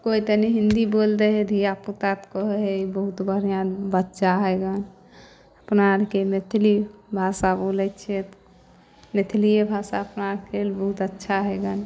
कोइ तनि हिन्दी बोलि दै हइ धिआपुता तऽ कहै हइ ई बहुत बढ़िआँ बच्चा हइ गन अपना आओरके मैथिली भाषा बोलै छिए मैथिलिए भाषा अपना आओरके बहुत अच्छा हइ गन